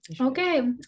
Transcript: Okay